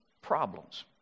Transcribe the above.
problems